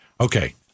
Okay